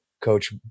coach